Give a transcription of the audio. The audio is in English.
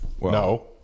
No